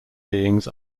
beings